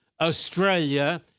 Australia